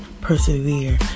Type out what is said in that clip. persevere